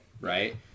Right